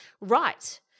right –